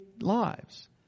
lives